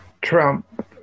Trump